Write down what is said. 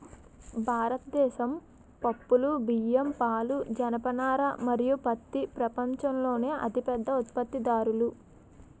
భారతదేశం పప్పులు, బియ్యం, పాలు, జనపనార మరియు పత్తి ప్రపంచంలోనే అతిపెద్ద ఉత్పత్తిదారులు